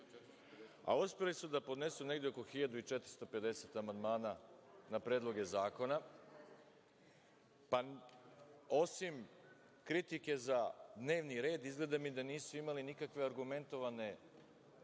a uspeli su da podnesu negde oko 1450 amandmana na predloge zakona. Osim kritike za dnevni red, izgleda da nisu imali nikakve argumentovane